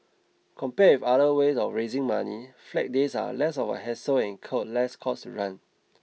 compared other ways of raising money flag days are less of a hassle and incur less cost to run